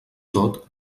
tot